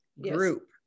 group